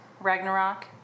Ragnarok